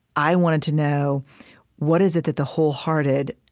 i wanted to know what is it that the wholehearted,